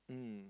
mm